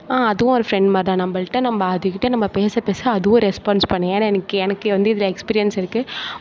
அதுவும் ஒரு ஃப்ரெண்ட் மாதிரி தான் நம்மள்ட்ட நம்ம அதுகிட்ட நம்ம பேச பேச அதுவும் ரெஸ்பான்ஸ் பண்ணும் ஏன்னா எனக்கு எனக்கு வந்து இதில் எக்ஸ்பீரியன்ஸ் இருக்கு